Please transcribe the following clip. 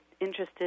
interested